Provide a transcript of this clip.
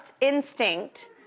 instinct